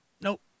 nope